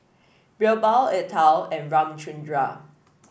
BirbaL Atal and Ramchundra